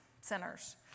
sinners